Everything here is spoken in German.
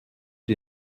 sie